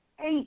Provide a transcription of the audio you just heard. Eight